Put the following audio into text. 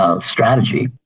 strategy